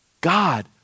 God